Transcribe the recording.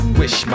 wish